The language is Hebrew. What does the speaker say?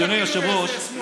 אדוני היושב-ראש,